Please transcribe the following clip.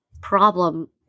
problem